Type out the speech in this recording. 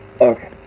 Okay